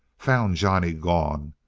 found johnny gone,